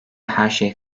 herşey